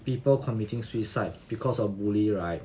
people committing suicide because of bully right